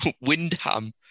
Windham